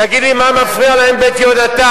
תגיד לי, מה מפריע להם "בית יהונתן"?